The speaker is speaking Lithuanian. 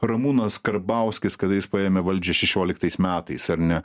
ramūnas karbauskis kada jis paėmė valdžią šešioliktais metais ar ne